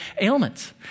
ailments